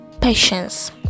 patience